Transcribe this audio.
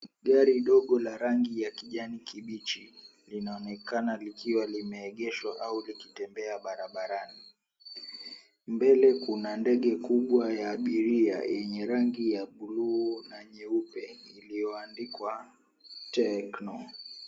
Gari dogo la rangi ya kijani kibichi linaonekana likiwa limeegeshwa au likitembea barabarani. Mbele kuna ndege kubwa ya abiria yenye rangi ya buluu na nyeupe ilioandikwa TECNO.